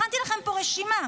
הכנתי לכם פה רשימה: